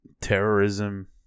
terrorism